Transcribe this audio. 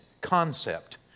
concept